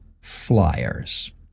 flyers